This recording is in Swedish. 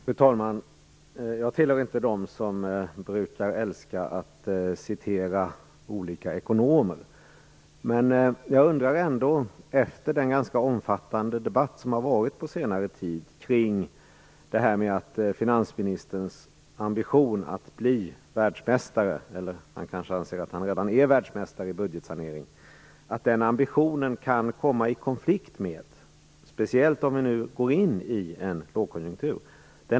Fru talman! Jag tillhör inte dem som brukar älska att citera olika ekonomer, men jag undrar ändå, efter den ganska omfattande debatt som har förts på senare tid kring finansministerns ambition att bli världsmästare i budgetsanering - eller han kanske anser att han redan är det - om inte den ambitionen kan komma i konflikt med arbetslöshetsmålet, speciellt om vi nu går in i en lågkonjunktur.